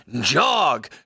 Jog